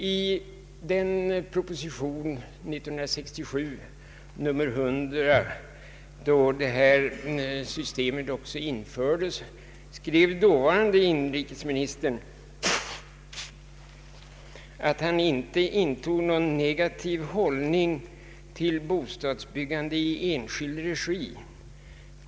I den proposition år 1967, nr 100, där systemet infördes, skrev dåvarande inrikesministern att han inte intog någon negativ hållning till bostadsbyggande i enskild regi.